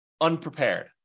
unprepared